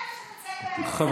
הם אלה שנמצאים באמצע.